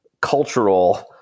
cultural